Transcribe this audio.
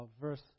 verse